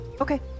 Okay